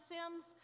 Sims